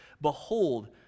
Behold